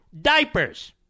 diapers